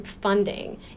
funding